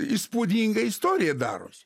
įspūdinga istorija darosi